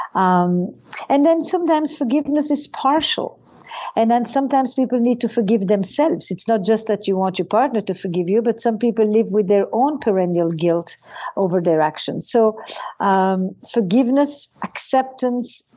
um and then sometimes forgiveness is partial and then sometimes people need to forgive themselves. it's not just that you want your partner to forgive you but some people live with their own perennial guilt over their actions. so um forgiveness, acceptance,